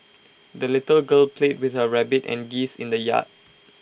the little girl played with her rabbit and geese in the yard